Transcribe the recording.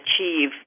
achieve